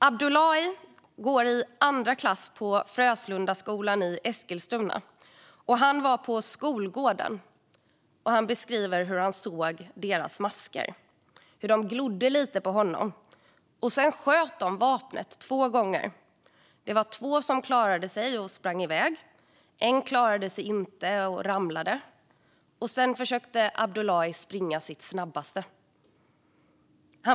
Abdullahi går i andra klass på Fröslundaskolan i Eskilstuna. Han var på skolgården. Han beskriver hur han såg deras masker och hur de glodde lite på honom. Sedan sköt de med vapnet två gånger. Det var två som klarade sig och sprang iväg. En klarade sig inte och ramlade. Sedan försökte Abdullahi springa sitt snabbaste.